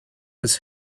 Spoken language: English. his